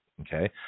Okay